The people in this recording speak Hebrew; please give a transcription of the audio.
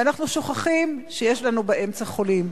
ואנחנו שוכחים שיש לנו באמצע חולים.